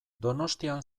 donostian